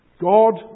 God